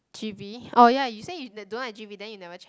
g_v oh ya you say you that don't like g_v then you never check